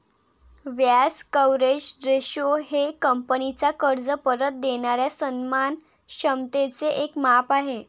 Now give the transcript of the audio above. व्याज coverage ratio हे कंपनीचा कर्ज परत देणाऱ्या सन्मान क्षमतेचे एक माप आहे